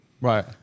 right